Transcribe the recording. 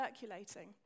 circulating